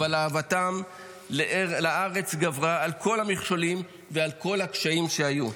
אבל אהבתם לארץ גברה על כל המכשולים ועל כל הקשיים שהיו.